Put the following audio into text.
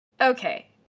Okay